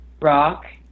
rock